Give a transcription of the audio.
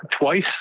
twice